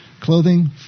Clothing